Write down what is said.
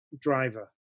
driver